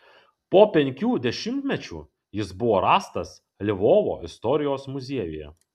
po penkių dešimtmečių jis buvo rastas lvovo istorijos muziejuje